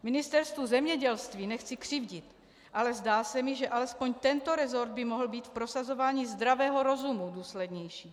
Ministerstvu zemědělství nechci křivdit, ale zdá se mi, že alespoň tento resort by mohl být v prosazování zdravého rozumu důslednější.